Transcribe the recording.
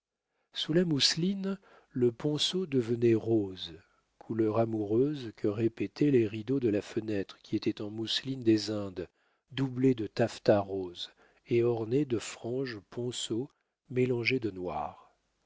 sous la mousseline le ponceau devenait rose couleur amoureuse que répétaient les rideaux de la fenêtre qui étaient en mousseline des indes doublée de taffetas rose et ornés de franges ponceau mélangé de noir